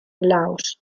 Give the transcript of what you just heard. laos